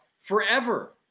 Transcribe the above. forever